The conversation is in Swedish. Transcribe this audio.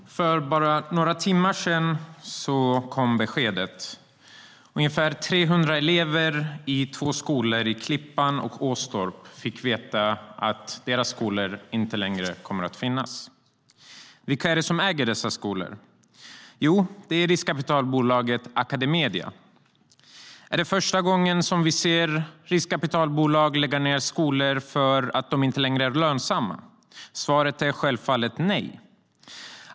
För bara några timmar sedan kom beskedet: Ungefär 300 elever i två skolor - i Klippan och i Åstorp - fick veta att deras skolor inte längre kommer att finnas. Vem äger dessa skolor? Jo, det gör riskkapitalbolaget Academedia.Är det första gången vi ser riskkapitalbolag lägga ned skolor för att de inte längre är lönsamma? Svaret är självfallet nej.